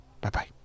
Bye-bye